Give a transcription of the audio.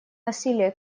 насилия